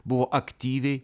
buvo aktyviai